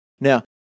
Now